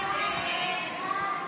הסתייגות 360 לא נתקבלה.